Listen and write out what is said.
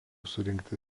surengti